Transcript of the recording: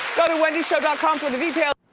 go to wendyshow dot com for the details.